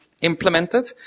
Implemented